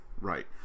Right